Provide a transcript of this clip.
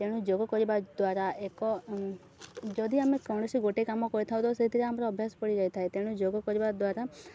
ତେଣୁ ଯୋଗ କରିବା ଦ୍ୱାରା ଏକ ଯଦି ଆମେ କୌଣସି ଗୋଟେ କାମ କରିଥାଉ ତ ସେଥିରେ ଆମର ଅଭ୍ୟାସ ପଡ଼ିଯାଇଥାଏ ତେଣୁ ଯୋଗ କରିବା ଦ୍ୱାରା